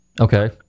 Okay